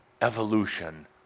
evolution